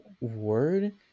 word